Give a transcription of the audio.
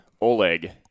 Oleg